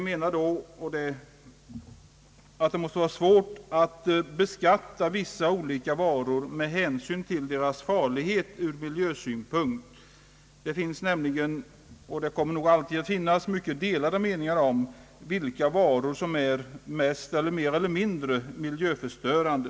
Det måste vara svårt att beskatta olika varor med hänsyn till deras farlighet ur miljösynpunkt. Det finns nämligen, och kommer nog alltid att finnas, mycket delade meningar om vilka varor som är mest, eller mer eller mindre, miljöförstörande.